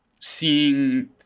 seeing